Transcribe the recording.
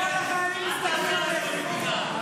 כל החיילים מסתכלים עליכם.